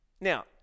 Now